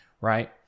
right